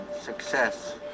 success